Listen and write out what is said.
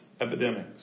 epidemics